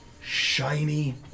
shiny